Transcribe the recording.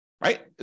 right